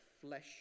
flesh